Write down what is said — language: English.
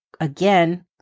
again